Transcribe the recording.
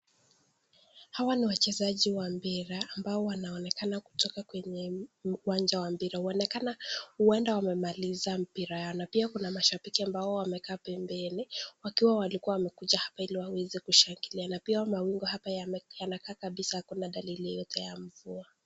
Hawa ni wachezaji wa mpira ambao wanaonekana kutoka kwenye uwanja wa mpira, inaonekana huenda wamemaliza mpira yao, na pia kuna mashabiki ambao wamekaa pembeni, ikiwa walikuwa wamekuja hapa ili waweze kushangilia, na pia mawingu hapa kunakaa kabisa hakuna dalili yeyote ya mvua.